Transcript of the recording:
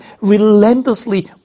relentlessly